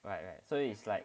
right right so it's like